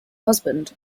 husband